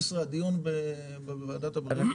הח"כים שמדברים,